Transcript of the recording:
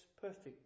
perfect